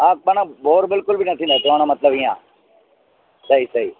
हा माना बोर बिल्कुल बि न थींदा से चवणु जो मतिलब इएं आहे सही सही